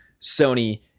Sony